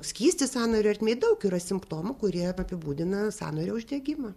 skystis sąnario ertmėj daug yra simptomų kurie ir apibūdina sąnario uždegimą